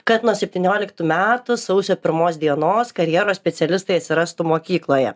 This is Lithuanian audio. kad nuo septynioliktų metų sausio pirmos dienos karjeros specialistai atsirastų mokykloje